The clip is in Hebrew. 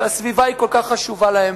שהסביבה כל כך חשובה להם.